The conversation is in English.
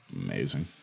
amazing